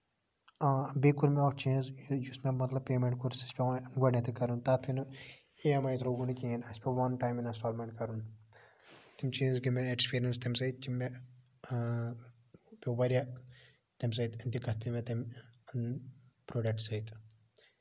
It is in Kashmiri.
آ بیٚیہِ کوٚر مےٚ اکھ چیٖز یُس مےٚ مطلب پیمینٹ کوٚر سُہ چھُ پیوان گۄڈٕنیتھٕے کَرُن تَتھ پیوٚو نہٕ ای ایم آی تھروٗ گوٚو نہٕ کِہیٖنۍ اَسہِ پیوٚو وَن ٹایم اِنسٹالمینٹ کَرُن تِم چیٖز گے مےٚ اٮ۪کٔسپِرینٔس تَمہِ سۭتۍ یِم مےٚ پیوٚو واریاہ تَمہِ سۭتۍ دِکَت گے مےٚ تَمہِ پروڈَکٹ سۭتۍ